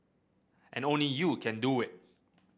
and only you can do it